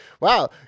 wow